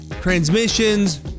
transmissions